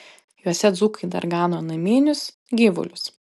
juose dzūkai dar gano naminius gyvulius